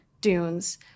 dunes